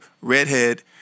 redhead